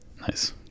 Nice